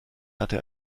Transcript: hatte